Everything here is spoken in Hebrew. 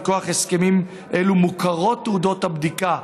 מכוח הסכמים אלו מוכרות תעודות הבדיקה,